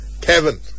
Kevin